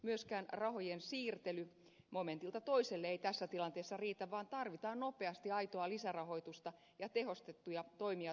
myöskään rahojen siirtely momentilta toiselle ei tässä tilanteessa riitä vaan tarvitaan nopeasti aitoa lisärahoitusta ja tehostettuja toimia työttömyyden hoitoon